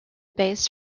base